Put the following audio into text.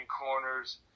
corners